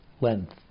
length